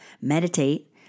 meditate